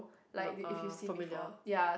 n~ uh familiar